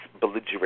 belligerent